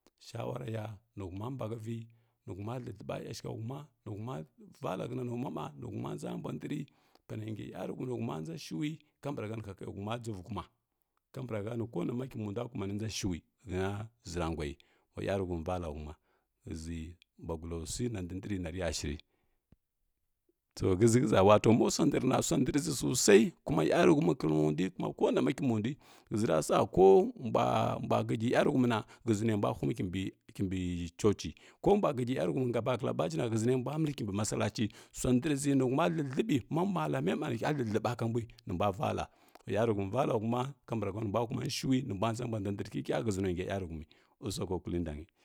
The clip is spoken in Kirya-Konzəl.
Shawaraga nihuma bahəvi nihuma lələɓi ashikhə huma nihuma vala nəna noumamba nihuma nʒa mba ndri pane nga yarahumi nihuma nʒa shu kamhə nihataiya huma givə kuma kambarahə ni konama kimbu ndui kumani nʒa shui həna ʒuaraguayi wa yaruhumi vala huma ghəʒi mbuagulasui na dindri nariya shiri to shəʒi ghəʒa wato masua ndana sua ndrʒi sosai kuma yarumi klandui kuma konama kimbundui ghə ʒira sa ko mbuwa, mbuwa gəgi yaruhumuna ghəʒi ne mbula humi kimbi chouchi ko mbula gəʒi yaruhumi ga bakala bajina ghəʒi nembula məli kimbi malachi sua ndrʒi nɨhuma lələɓi ma malamai mba nihə llələɓaka mbui nimbuwa vala ula yaruhumi vala huma kambrahənimbula kumani shui nimbuwa nʒa mba dindri kikə ghəʒinanga yaruhumi usako kulidan.